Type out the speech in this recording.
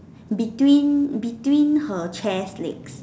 between between her chair's legs